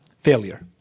failure